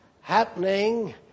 happening